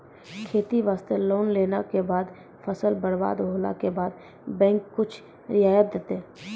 खेती वास्ते लोन लेला के बाद फसल बर्बाद होला के बाद बैंक कुछ रियायत देतै?